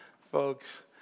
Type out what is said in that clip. Folks